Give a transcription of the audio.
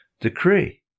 decree